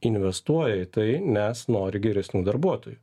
investuoja į tai nes nori geresnių darbuotojų